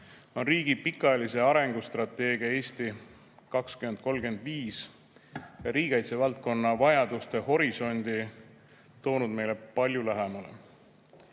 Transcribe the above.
on riigi pikaajalise arengustrateegia "Eesti 2035" riigikaitsevaldkonna vajaduste horisondi toonud meile palju lähemale.